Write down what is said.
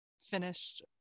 finished